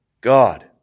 God